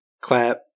clap